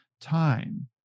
time